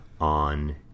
on